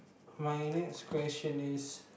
my next question is